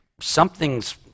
something's